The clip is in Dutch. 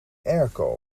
airco